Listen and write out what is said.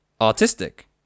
artistic